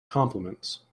compliments